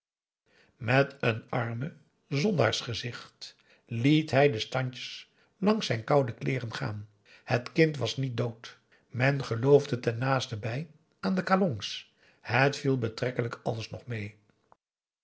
met een arme zondaarsgezicht liet hij de standjes langs zijn koude kleeren gaan het kind was niet dood men geloofde ten naasten bij aan de kalongs het viel betrekkelijk alles nog mee